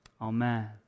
Amen